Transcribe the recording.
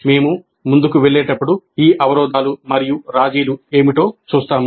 మేము ముందుకు వెళ్ళేటప్పుడు ఈ అవరోధాలు మరియు రాజీలు ఏమిటో చూస్తాము